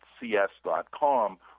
cs.com